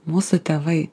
mūsų tėvai